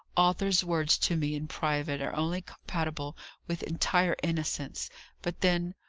arthur's words to me in private are only compatible with entire innocence but then,